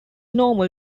normal